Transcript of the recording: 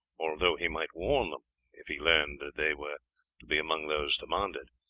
although he might warn them if he learned that they were to be among those demanded.